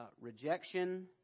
rejection